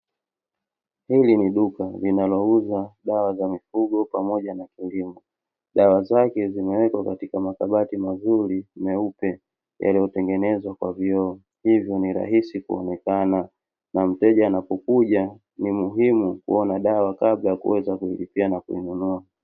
Hili ni duka linalouza dawa za mifugo pamoja kilimo, dawa zake zimewekwa katika makabati mazuri meupe, yaliyotengenezwa kwa vioo, hivyo ni rahisi kuonekana ,na mteja anapokuja ni muhimu kuona dawa kabla ya kuweza kulipia na kununua.